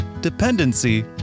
dependency